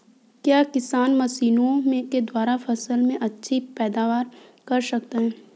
क्या किसान मशीनों द्वारा फसल में अच्छी पैदावार कर सकता है?